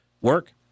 work